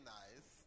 nice